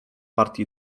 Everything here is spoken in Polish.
partii